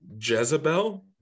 jezebel